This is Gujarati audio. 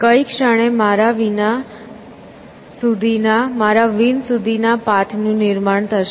કઈ ક્ષણે મારા વિન સુધી ના પાથનું નિર્માણ થશે